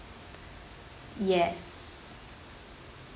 yes